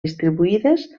distribuïdes